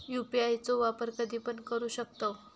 UPI चो वापर कधीपण करू शकतव?